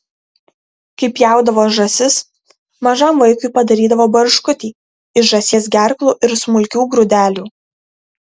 kai pjaudavo žąsis mažam vaikui padarydavo barškutį iš žąsies gerklų ir smulkių grūdelių